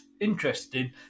Interesting